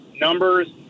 numbers